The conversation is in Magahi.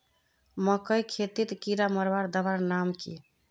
मकई खेतीत कीड़ा मारवार दवा नाम की?